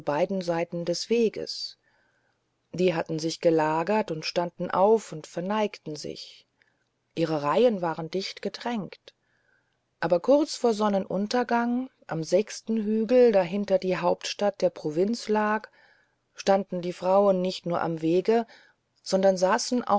beiden seiten des weges die hatten sich gelagert und standen auf und verneigten sich ihre reihen waren dicht gedrängt aber kurz vor sonnenuntergang am sechsten hügel dahinter die hauptstadt der provinz lag standen die frauen nicht nur am wege sondern saßen